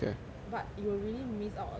but you will really miss out a lot eh